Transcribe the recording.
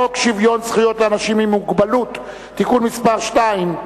חוק שוויון זכויות לאנשים עם מוגבלות (תיקון מס' 2)